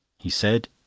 he said,